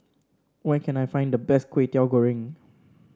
where can I find the best Kway Teow Goreng